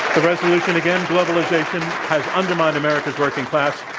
the resolution again, globalization has undermined america's working class.